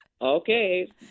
Okay